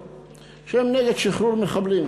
"אלמגור", שהם נגד שחרור מחבלים,